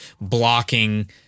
blocking